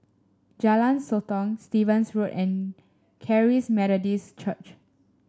Jalan Sotong Stevens Road and Charis Methodist Church